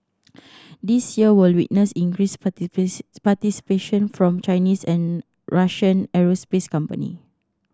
this year will witness increased participation from Chinese and Russian aerospace companies